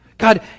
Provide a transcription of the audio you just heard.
God